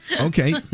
Okay